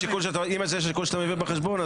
אם זה השיקול שאתה מביא בחשבון,